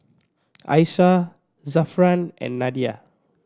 Aisyah Zafran and Nadia